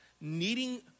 needing